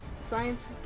Science